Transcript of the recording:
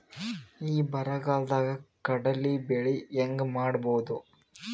ಈ ಬರಗಾಲದಾಗ ಕಡಲಿ ಬೆಳಿ ಹೆಂಗ ಮಾಡೊದು?